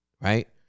right